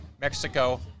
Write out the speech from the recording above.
Mexico